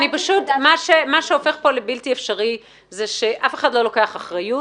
מה שהופך כאן לבלתי אפשרי זה שאף אחד לא לוקח אחריות